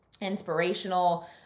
inspirational